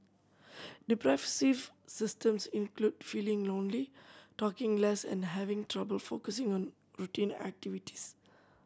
depressive symptoms include feeling lonely talking less and having trouble focusing on routine activities